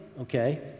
okay